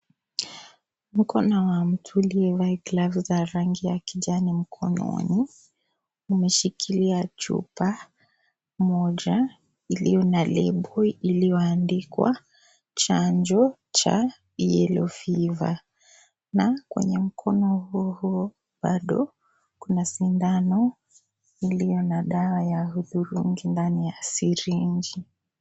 Mkono wa mtu uliovaa glavu za rangi ya kijani mkononi umeshikilia chupa moja iliyo na lebo ambayo imeandikwa chanjo cha yellow fever na kwenye mkono huo huo bado kuna sindano iliyo na dawa ya hudhurungi ndani ya sirinji.